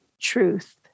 truth